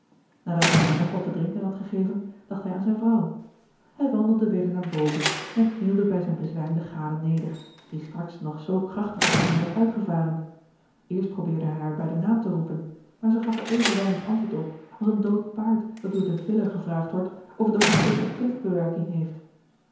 nadat hij haar nog wat te drinken had gegeven dacht hij aan zijne vrouw hij wandelde weder naar boven en knielde bij zijne bezwijmde gade neder die straks nog zoo krachtig tegen hem had uitgevaren eerst probeerde hij haar bij den naam te roepen maar zij gaf er even weinig antwoord op als een dood paard dat door den viller gevraagd wordt of het ook iets tegen de kunstbewerking heeft